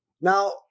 Now